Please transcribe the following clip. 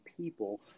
people